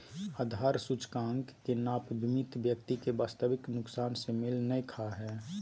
आधार सूचकांक के नाप बीमित व्यक्ति के वास्तविक नुकसान से मेल नय खा हइ